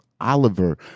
Oliver